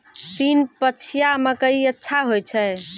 तीन पछिया मकई अच्छा होय छै?